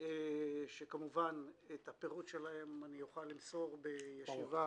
שאת הפירוט שלהן אוכל למסור בישיבה